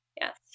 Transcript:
Yes